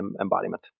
embodiment